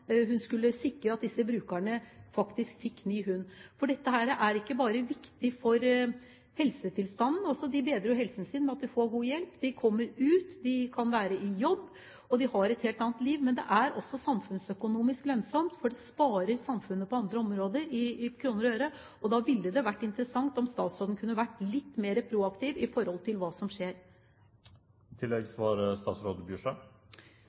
hun skulle sikre at disse brukerne faktisk fikk ny hund. For dette er ikke bare viktig for helsetilstanden – de bedrer jo helsen sin ved at de får god hjelp, de kommer ut, de kan være i jobb, og de har et helt annet liv – men det er også samfunnsøkonomisk lønnsomt; det sparer samfunnet på andre områder i kroner og øre. Og da ville det vært interessant om statsråden kunne vært litt mer proaktiv i forhold til hva som skjer.